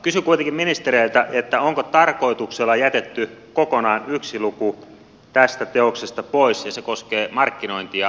kysyn kuitenkin ministereiltä onko tarkoituksella jätetty kokonaan yksi luku tästä teoksesta pois ja se koskee markkinointia ja myyntiä